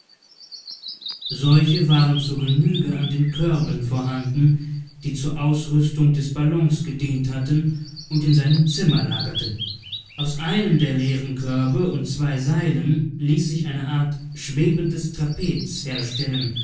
solche waren zur genüge an den körben vorhanden die zur ausrüstung des ballons gedient hatten und in seinem zimmer lagerten aus einem der leeren körbe und zwei seilen ließ sich eine art schwebendes trapez herstellen